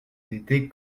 t’étais